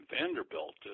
Vanderbilt